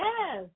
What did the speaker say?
Yes